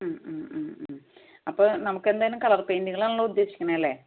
മ് മ് മ് അപ്പോൾ നമുക്ക് എന്തായാലും കളർ പെയിണ്ടുകളാണല്ലോ ഉദ്ദേശിക്കുന്നത് അല്ലേ